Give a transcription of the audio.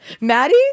Maddie